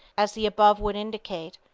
as the above would indicate,